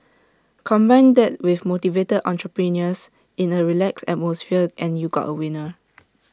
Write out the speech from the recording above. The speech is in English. combine that with motivated entrepreneurs in A relaxed atmosphere and you got A winner